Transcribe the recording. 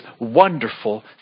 wonderful